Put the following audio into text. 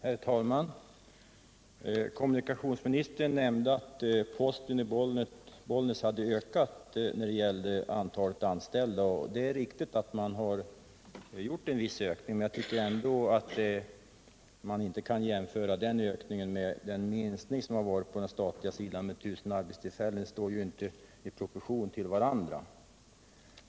Herr talman! Kommunikationsministern säger att antalet anställda vid posten i Bollnäs har ökat. Det är riktigt, men jag tycker ändå att man inte kan jämföra den ökningen med minskningen med 1 000 arbetstillfällen på den statliga sidan — ökningen står inte i rimlig proportion till minskningen.